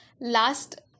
last